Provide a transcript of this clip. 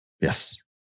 Yes